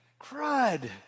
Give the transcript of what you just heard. crud